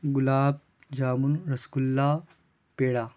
گلاب jamun rasgulla پیڑا